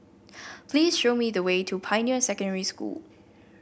please show me the way to Pioneer Secondary School